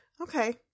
Okay